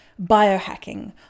biohacking